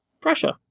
pressure